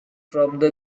from